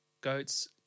goats